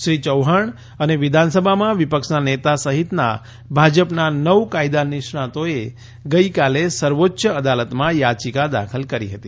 શ્રી યૌહાણ અને વિધાનસભામાં વિપક્ષના નેતા સહિત ભાજપના નવ કાયદાનિષ્ણાતોએ ગઇકાલે સર્વોચ્ય અદાલતમાં થાચિકા દાખલ કરી હતી